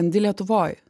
randi lietuvoj